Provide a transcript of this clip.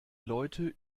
leute